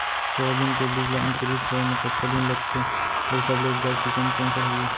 Soybean के बीज ला अंकुरित होय म कतका दिन लगथे, अऊ सबले उपजाऊ किसम कोन सा हवये?